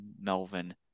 Melvin